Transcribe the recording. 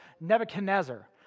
Nebuchadnezzar